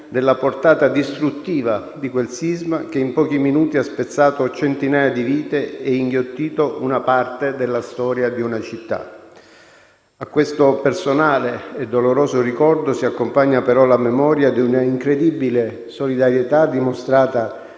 della portata distruttiva di quel sisma che in pochi minuti ha spezzato centinaia di vite e inghiottito una parte della storia di una città. A questo personale e doloroso ricordo si accompagna però la memoria di una incredibile solidarietà dimostrata